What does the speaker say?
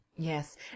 yes